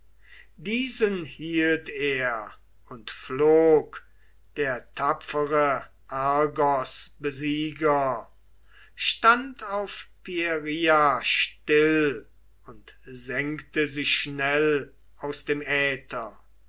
diesen hielt er und flog der tapfere argosbesieger stand auf pieria still und senkte sich schnell aus dem äther